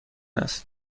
است